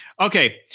Okay